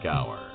Hour